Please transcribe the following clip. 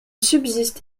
subsiste